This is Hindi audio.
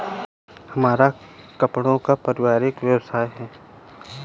हमारा कपड़ों का पारिवारिक व्यवसाय है